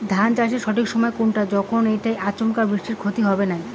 ধান চাষের সঠিক সময় কুনটা যখন এইটা আচমকা বৃষ্টিত ক্ষতি হবে নাই?